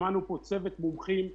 שמענו פה צוות מומחים...